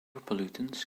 pollutants